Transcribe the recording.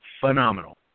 phenomenal